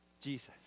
Jesus